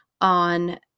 on